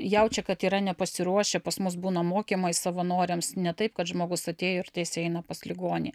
jaučia kad yra nepasiruošę pas mus būna mokymai savanoriams ne taip kad žmogus atėjo ir tiesiai eina pas ligonį